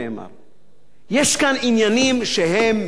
יש כאן עניינים שהם מעבר לתקשורת,